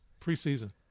Preseason